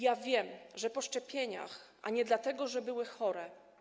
Ja wiem, że po szczepieniach, a nie dlatego, że były chore.